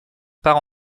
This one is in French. part